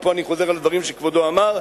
ופה אני חוזר על דברים שכבודו אמר,